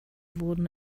wurden